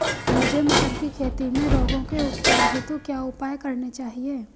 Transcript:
मुझे मटर की खेती में रोगों के उपचार हेतु क्या उपाय करने चाहिए?